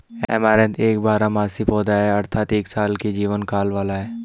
amaranth एक बारहमासी पौधा है अर्थात एक साल के जीवन काल वाला है